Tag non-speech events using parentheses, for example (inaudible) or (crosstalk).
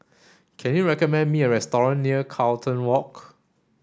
can you recommend me a (unintelligible) near Carlton Walk